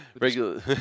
Regular